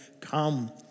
Come